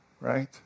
Right